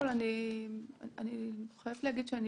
אני חייבת להגיד שאני